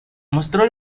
mostró